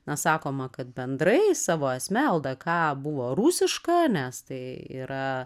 na sakoma kad bendrai savo esme ldk buvo rusiška nes tai yra